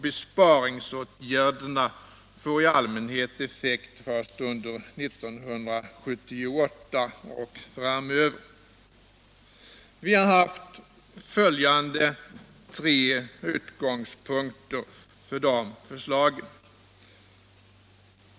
Besparingsåtgärderna får i allmänhet effekt först under 1978 och framöver. Vi har haft följande tre utgångspunkter för dessa förslag.